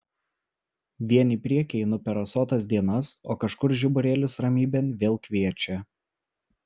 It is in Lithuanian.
vien į priekį einu per rasotas dienas o kažkur žiburėlis ramybėn vėl kviečia